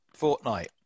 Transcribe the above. Fortnite